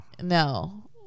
No